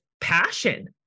passion